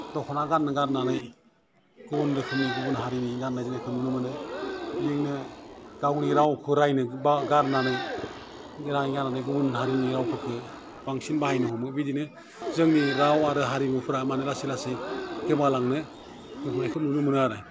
दख'ना गाननो गारनानै गुबुन रोखोमनि गुबुन हारिनि गान्नाय जोमनायखौ नुनो मोनो बेजोंनो गावनि रावखौ रायनो बा गारनानै रायनो गारनानै गुबुन हारिनि रावफोरखौ बांसिन बाहायनो हमो बिदिनो जोंनि राव आरो हारिमुफ्रा मानो लासै लासै गोमालांनो हमनायखौ नुनो मोनो आरो